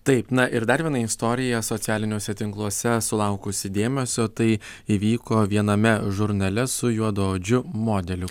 taip na ir dar viena istorija socialiniuose tinkluose sulaukusi dėmesio tai įvyko viename žurnale su juodaodžiu modeliu